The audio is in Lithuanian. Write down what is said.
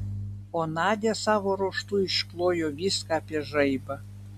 o nadia savo ruožtu išklojo viską apie žaibą